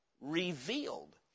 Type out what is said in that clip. revealed